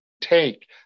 take